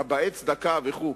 גבאי צדקה וכו'.